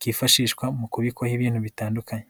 kifashishwa mu kubikwaho ibintu bitandukanye.